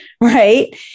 right